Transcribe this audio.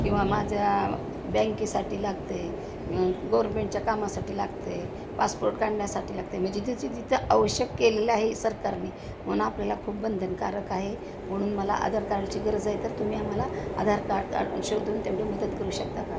किंवा माझ्या बँकेसाठी लागतं आहे गोरमेंटच्या कामासाठी लागतं आहे पासपोर्ट काढण्यासाठी लागतं आहे म्हणजे ति तिथं आवश्यक केलेलं आहे सरकारने म्हणून आपल्याला खूप बंधनकारक आहे म्हणून मला आधार कार्डची गरज आहे तर तुम्ही आम्हाला आधार कार्ड का शोधून तेवढी मदत करू शकता का